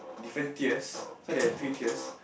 different tiers so they three tiers